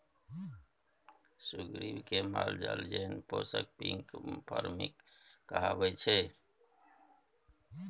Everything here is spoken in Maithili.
सुग्गरि केँ मालजाल जेना पोसब पिग फार्मिंग कहाबै छै